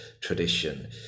tradition